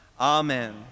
Amen